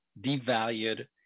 devalued